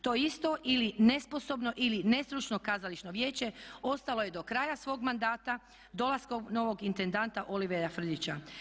To isto, ili nesposobno ili nestručno kazališno vijeće ostalo je do kraja svog mandata dolaskom novog intendanta Olivera Frljića.